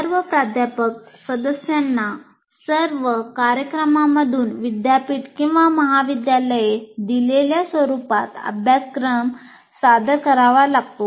सर्व प्राध्यापक सदस्यांना सर्व कार्यक्रमांमधून विद्यापीठ किंवा महाविद्यालयाने दिलेल्या स्वरुपात अभ्यासक्रम सादर करावा लागतो